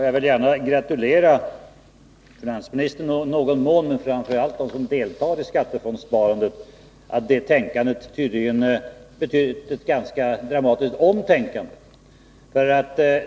Jag vill gärna gratulera finansministern i någon mån, men framför allt dem som deltar i skattefondssparandet, till att tänkandet tydligen betytt ett ganska dramatiskt omtänkade.